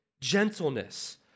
gentleness